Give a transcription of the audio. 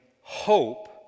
hope